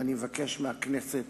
ואני מבקש מהכנסת